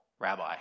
rabbi